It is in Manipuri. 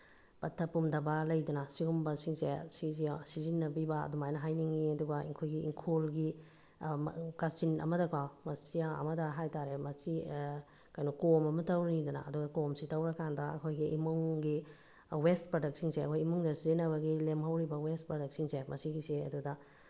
ꯄꯠꯊ ꯄꯨꯝꯊꯕ ꯂꯩꯗꯅ ꯁꯤꯒꯨꯝꯕꯁꯤꯡꯁꯦ ꯁꯤꯁꯦ ꯁꯤꯖꯤꯟꯅꯕꯤꯕ ꯑꯗꯨꯃꯥꯏꯅ ꯍꯥꯏꯅꯤꯡꯉꯤ ꯑꯗꯨꯒ ꯑꯩꯈꯣꯏꯒꯤ ꯏꯪꯈꯣꯜꯒꯤ ꯀꯥꯆꯤꯟ ꯑꯃꯗ ꯀꯣ ꯃꯆꯥ ꯑꯃꯗ ꯍꯥꯏ ꯇꯥꯔꯦ ꯃꯆꯤ ꯀꯩꯅꯣ ꯀꯣꯝ ꯑꯃ ꯇꯧꯔꯅꯤꯗꯅ ꯑꯗꯨꯒ ꯀꯣꯝꯁꯤ ꯇꯧꯔꯀꯥꯟꯗ ꯑꯩꯈꯣꯏꯒꯤ ꯏꯃꯨꯡꯒꯤ ꯋꯦꯁ ꯄ꯭ꯔꯗꯛꯁꯤꯡꯁꯦ ꯑꯩꯈꯣꯏ ꯏꯃꯨꯡꯗ ꯁꯤꯖꯤꯟꯅꯕꯒꯤ ꯂꯦꯝꯍꯧꯔꯤꯕ ꯋꯦꯁ ꯄ꯭ꯔꯗꯛꯁꯤꯡꯁꯦ ꯃꯁꯤꯒꯤꯁꯤ ꯑꯗꯨꯗ